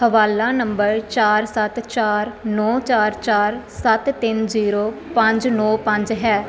ਹਵਾਲਾ ਨੰਬਰ ਚਾਰ ਸੱਤ ਚਾਰ ਨੌਂ ਚਾਰ ਚਾਰ ਸੱਤ ਤਿੰਨ ਜ਼ੀਰੋ ਪੰਜ ਨੌਂ ਪੰਜ ਹੈ